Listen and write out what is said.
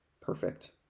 perfect